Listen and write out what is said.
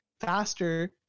faster